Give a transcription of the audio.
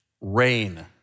rain